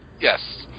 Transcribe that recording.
yes